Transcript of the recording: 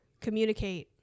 communicate